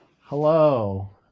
Hello